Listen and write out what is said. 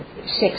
six